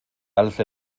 alce